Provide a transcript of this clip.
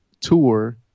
tour